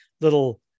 little